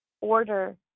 order